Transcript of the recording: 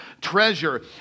treasure